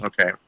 Okay